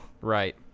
Right